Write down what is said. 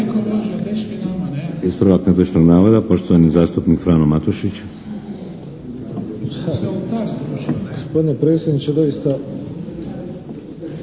Ispravak netočnog navoda, poštovani zastupnik Frano Matušić.